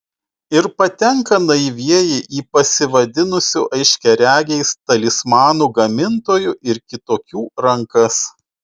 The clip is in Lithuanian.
ir patenka naivieji į pasivadinusių aiškiaregiais talismanų gamintojų ir kitokių rankas